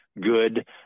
good